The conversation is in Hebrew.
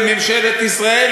לממשלת ישראל,